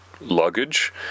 luggage